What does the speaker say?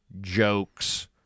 jokes